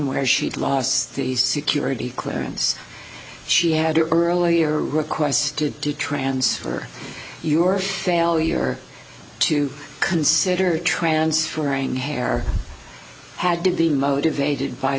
where she'd lost the security clearance she had earlier requested to transfer your failure to consider transferring hair had to be motivated by